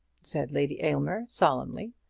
said lady aylmer solemnly.